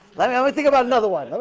let me only think about another one. oh